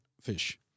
fish